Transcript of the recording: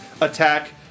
attack